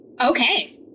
Okay